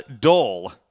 Dull